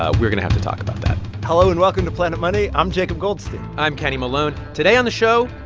ah we're going to have to talk about that hello, and welcome to planet money. i'm jacob goldstein i'm kenny malone. today on the show,